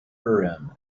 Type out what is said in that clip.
urim